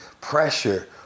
pressure